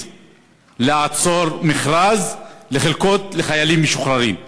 לעצור מכרז לחלקות לחיילים משוחררים,